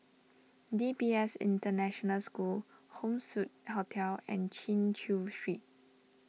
D P S International School Home Suite Hotel and Chin Chew Street